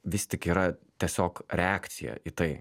vis tik yra tiesiog reakcija į tai